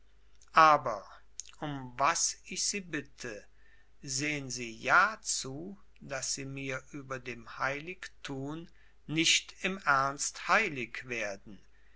aber um was ich sie bitte sehen sie ja zu daß sie mir über dem heilig tun nicht im ernst heilig werden